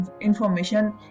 information